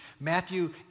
Matthew